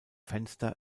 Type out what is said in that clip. fenster